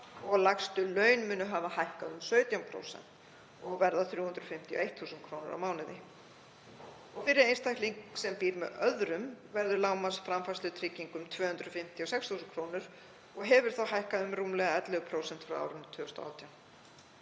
og lægstu laun munu hafa hækkað um 17% og verða 351.000 kr. á mánuði. Fyrir einstakling sem býr með öðrum verður lágmarksframfærslutrygging um 256.000 kr. og hefur þá hækkað um rúmlega 11% frá árinu 2018.